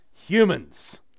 humans